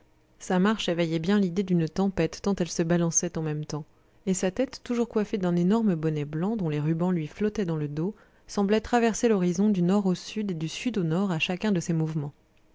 sa marche éveillait bien l'idée d'une tempête tant elle se balançait en même temps et sa tête toujours coiffée d'un énorme bonnet blanc dont les rubans lui flottaient dans le dos semblait traverser l'horizon du nord au sud et du sud au nord à chacun de ses mouvements